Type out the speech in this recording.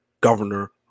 Governor